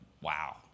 Wow